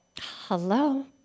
hello